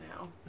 now